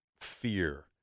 fear